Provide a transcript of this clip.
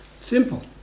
Simple